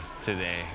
today